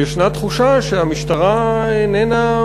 וישנה תחושה שהמשטרה איננה,